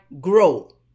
grow